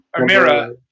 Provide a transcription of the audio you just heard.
Amira